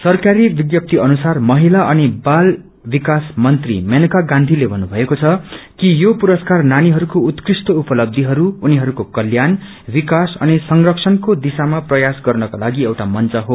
सरकारी विज्ञप्ति अनुसार महिला अनि बाल विकास मंत्री मेनका गाँधीले भन्नु भएको छ कि यो पुरस्कार नानीहरूको उत्कृष्ट उपलब्धिहरू उनीहरूको कल्याण विकास अनि संरक्षणको दिशामा प्रयाय गर्नको लागि एउटा मंच हो